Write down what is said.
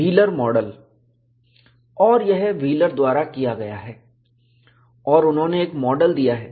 wheeler model और यह Wheeler द्वारा किया गया है और उन्होंने एक मॉडल दिया है